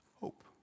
hope